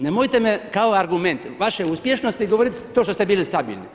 Nemojte me kao argument vaše uspješnosti govorit to što ste bili stabilni.